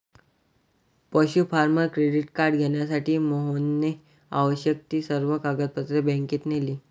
पशु farmer credit card घेण्यासाठी मोहनने आवश्यक ती सर्व कागदपत्रे बँकेत नेली